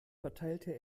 verteilte